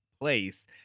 place